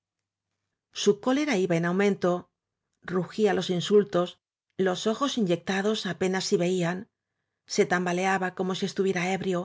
desarmado su cólera iba en aumento rugía los insul tos los ojos inyectados apenas si veían se tambaleaba como si estuviera ébrio